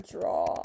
draw